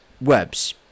webs